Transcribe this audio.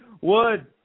Wood